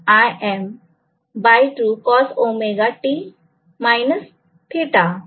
तर हे याला योगदान करेल